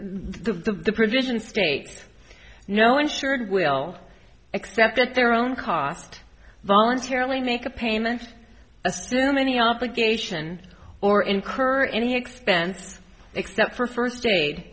the provision state no insured will accept that their own cost voluntarily make a payment assume any obligation or incur any expense except for first aid